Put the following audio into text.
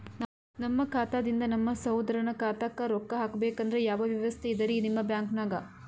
ನಮ್ಮ ಖಾತಾದಿಂದ ನಮ್ಮ ಸಹೋದರನ ಖಾತಾಕ್ಕಾ ರೊಕ್ಕಾ ಹಾಕ್ಬೇಕಂದ್ರ ಯಾವ ವ್ಯವಸ್ಥೆ ಇದರೀ ನಿಮ್ಮ ಬ್ಯಾಂಕ್ನಾಗ?